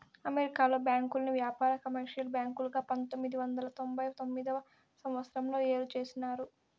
అమెరికాలో బ్యాంకుల్ని వ్యాపార, కమర్షియల్ బ్యాంకులుగా పంతొమ్మిది వందల తొంభై తొమ్మిదవ సంవచ్చరంలో ఏరు చేసినారు